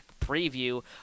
preview